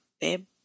babe